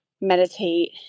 meditate